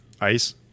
Ice